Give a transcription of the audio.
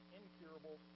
incurable